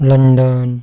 London